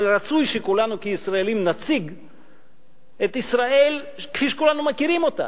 אבל רצוי שכולנו כישראלים נציג את ישראל כפי שכולנו מכירים אותה,